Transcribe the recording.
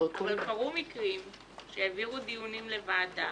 מאוד חריג שאני לא חושב שהוא מאפיין את העבודה הפרלמנטרית.